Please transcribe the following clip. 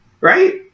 Right